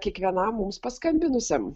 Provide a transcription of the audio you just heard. kiekvienam mums paskambinusiam